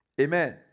Amen